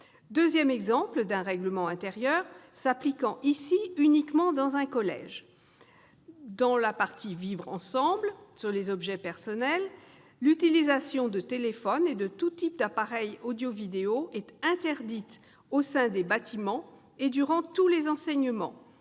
deuxième exemple d'un règlement intérieur s'applique, cette fois, uniquement dans un collège. Dans la partie « Vivre ensemble », au chapitre consacré aux objets personnels, on lit :« L'utilisation d'un téléphone et de tout type d'appareil audio-vidéo est interdite au sein des bâtiments et durant tous les enseignements